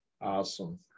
Awesome